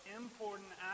important